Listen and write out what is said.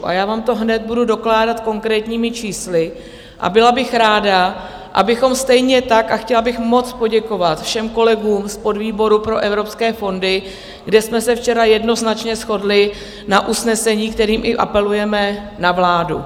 A já vám to hned budu dokládat konkrétními čísly a byla bych ráda, abychom stejně tak, a chtěla bych moc poděkovat všem kolegům z podvýboru pro evropské fondy, kde jsme se včera jednoznačně shodli na usnesení, kterým i apelujeme na vládu.